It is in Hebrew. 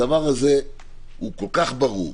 הדבר הזה כל כך ברור,